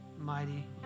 mighty